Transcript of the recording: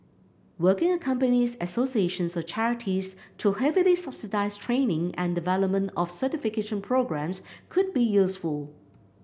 working with companies associations or charities to heavily subsidise training and development of certification programmes could be useful